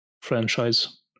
franchise